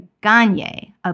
Gagne